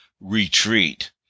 Retreat